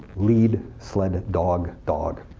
lead sled dog, dog.